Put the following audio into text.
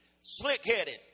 slick-headed